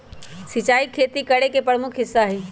सिंचाई खेती करे के प्रमुख हिस्सा हई